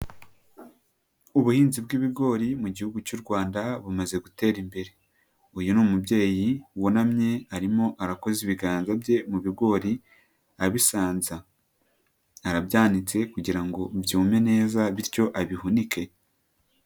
Ubuhinzi bw'ibigori mu gihugu cy'u Rwanda bumaze gutera imbere. Uyu ni umubyeyi wunamye arimo arakoza ibiganza bye mu bigori abisanza. Arabyanitse kugira ngo byume neza bityo abihunike.